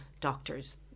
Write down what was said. doctors